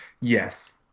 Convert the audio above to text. yes